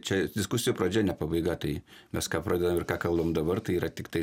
čia diskusijų pradžia ne pabaiga tai mes ką pradedam ir ką kalbam dabar tai yra tiktai